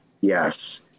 yes